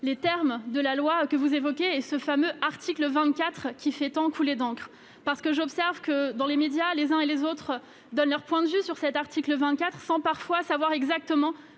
les termes de la loi que vous évoquez et ce fameux article 24 qui fait tant couler d'encre. J'observe que, dans les médias, les uns et les autres donnent leur point de vue sur cet article 24 sans toujours savoir exactement